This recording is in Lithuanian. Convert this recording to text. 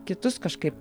kitus kažkaip